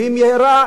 ואם יהיה רע,